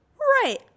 Right